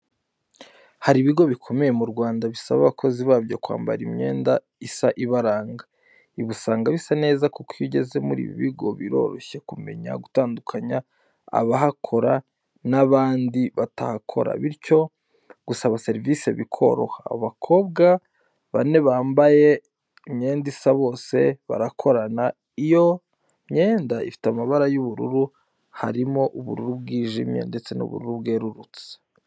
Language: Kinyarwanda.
Hari ibigo bikomeye mu Rwanda bisaba abakozi babyo kwambara imyenda isa ibaranga, ibi usanga bisa neza kuko iyo ugeze muri ibi bigo biroshye kumenya gutandukanya abahakora nabandi batahakora, bityo gusaba serivisi bikoroha. Abakobwa bane bambaye imyenda isa bose barakorana, iyo myenda ifite amabara y'ubururu, harimo ubururu bwi jimye, ndetse n'ubururu bwe rurutse.